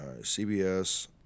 CBS